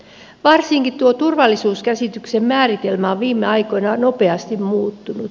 varsinkin tuo turvallisuuskäsityksen määritelmä on viime aikoina nopeasti muuttunut